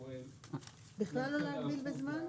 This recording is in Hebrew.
בכלל לא להגביל בזמן?